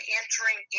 entering